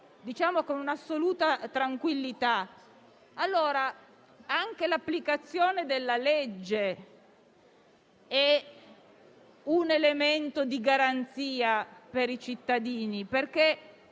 diciamo con un'assoluta tranquillità. Anche l'applicazione della legge è un elemento di garanzia per i cittadini, perché